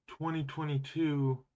2022